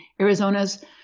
Arizona's